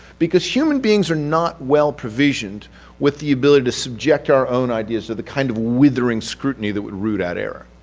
because human beings are not well provisioned with the ability to subject our own ideas to the kind of withering scrutiny that would root out error.